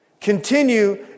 continue